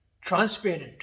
transparent